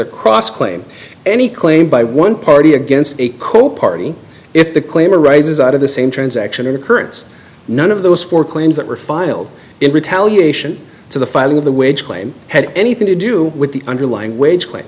a cross claim any claim by one party against a co party if the claim raises out of the same transaction in occurrence none of those four claims that were filed in retaliation to the filing of the wage claim had anything to do with the underlying wage cla